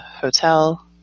hotel